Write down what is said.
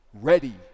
ready